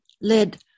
led